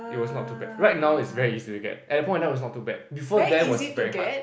it was not too bad right now it's very easy to get at that point of time it was not too bad before then it was very hard